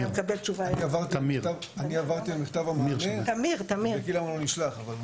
אני עברתי על מכתב הממונה, תבדקי למה הוא נשלח.